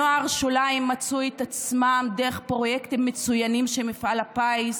נוער שוליים מצא את עצמו דרך פרויקטים מצוינים שמפעל הפיס